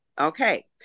Okay